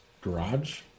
garage